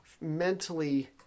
mentally